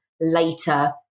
later